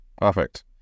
Perfect